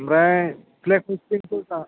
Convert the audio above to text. ओमफ्राय फ्लेग हस्टिंफोरा